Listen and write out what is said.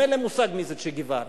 אין להם מושג מי זה צ'ה גווארה.